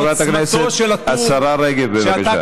חברת הכנסת השרה רגב, בבקשה.